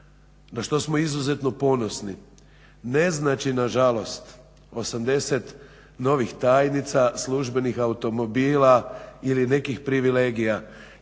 na što smo izuzetno ponosni, ne znači na žalost 80 novih tajnica, službenih automobila ili nekih privilegija,